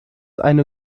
eine